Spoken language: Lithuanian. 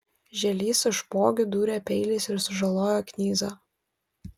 žielys su špogiu dūrė peiliais ir sužalojo knyzą